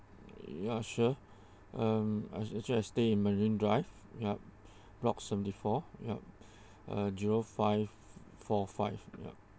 ya sure um I'm actually stay in marine drive yup block seventy four yup uh zero five four five yup